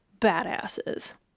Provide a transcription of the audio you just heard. badasses